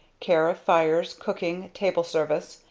care of fires, cooking, table service,